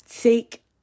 take